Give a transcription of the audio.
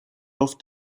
off